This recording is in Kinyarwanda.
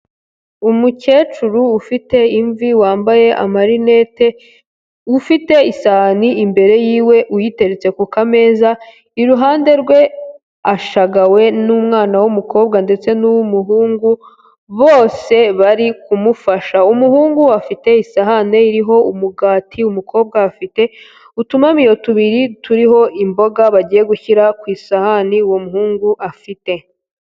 Umukecuru ufite imvi wambaye amarinete, ufite isahani imbere yiwe uyiteretse kumeza, iruhande rwe ashagawe n'umwana w'umukobwa ndetse n'uw'umuhungu, bose bari kumufasha, umuhungu afite isahani iriho umugati, umukobwa afite utumamiyo tubiri turiho imboga bagiye gushyira ku isahani uwo muhungu afite.